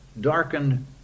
Darkened